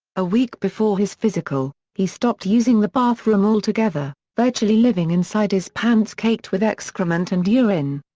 a week before his physical, he stopped using the bathroom altogether, virtually living inside his pants caked with excrement and urine.